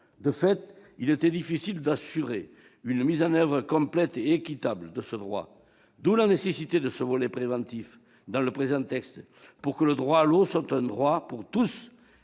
De fait, il était difficile d'assurer une mise en oeuvre complète et équitable de ce droit. D'où la nécessité de ce volet préventif dans le présent texte, pour que le droit à l'eau soit un droit pour